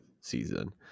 season